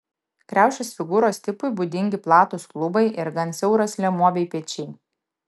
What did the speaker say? kriaušės figūros tipui būdingi platūs klubai ir gan siauras liemuo bei pečiai